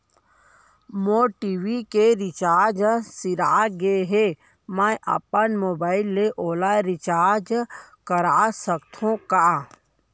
मोर TV के recharge सिरा गे हे, मैं अपन मोबाइल ले ओला रिचार्ज करा सकथव का?